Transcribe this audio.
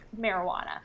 marijuana